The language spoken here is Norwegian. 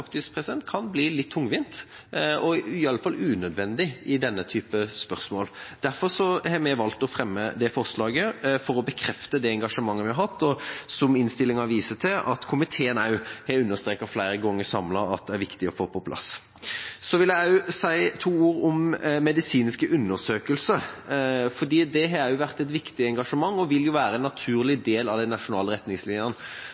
kan bli litt tungvint – og i alle fall unødvendig – i denne type spørsmål. Derfor har vi valgt å fremme forslag til vedtak for å bekrefte det engasjementet som vi har hatt, og som innstillinga også viser til at komiteen samlet har understreket flere ganger er viktig å få på plass. Jeg vil også si to ord om medisinske undersøkelser, fordi det har vært et viktig engasjement og vil være en